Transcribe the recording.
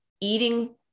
eating